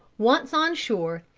once on shore,